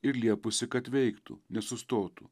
ir liepusi kad veiktų nesustotų